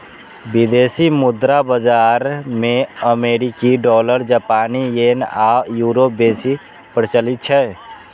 विदेशी मुद्रा बाजार मे अमेरिकी डॉलर, जापानी येन आ यूरो बेसी प्रचलित छै